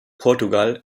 portugal